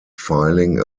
filing